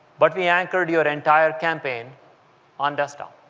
but we anchored your entire campaign on desktop,